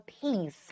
peace